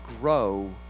grow